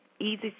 Easy